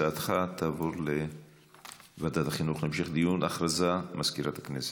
הצעתך תעבור להמשך דיון בוועדת החינוך.